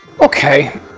Okay